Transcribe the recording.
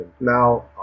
Now